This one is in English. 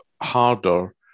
harder